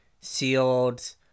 sealed